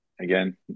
again